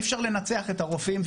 אי-אפשר לנצח את הרופאים,